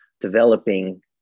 developing